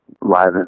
live